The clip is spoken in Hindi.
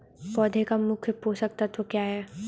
पौधे का मुख्य पोषक तत्व क्या हैं?